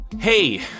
Hey